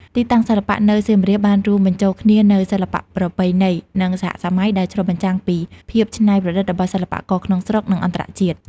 ទីតាំងសិល្បៈនៅសៀមរាបបានរួមបញ្ចូលគ្នានូវសិល្បៈប្រពៃណី និងសហសម័យ ដែលឆ្លុះបញ្ចាំងពីភាពច្នៃប្រឌិតរបស់សិល្បករក្នុងស្រុក និងអន្តរជាតិ។